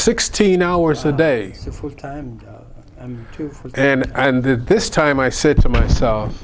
sixteen hours a day and the this time i said to myself